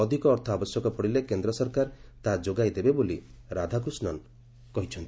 ଅଧିକ ଅର୍ଥ ଆବଶ୍ୟକ ପଡ଼ିଲେ କେନ୍ଦ୍ ସରକାର ତାହା ଯୋଗାଇ ଦେବେ ବୋଲି ରାଧାକୃଷ୍ଣନ୍ କହିଚ୍ଚନ୍ତି